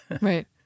Right